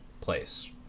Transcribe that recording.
place